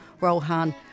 Rohan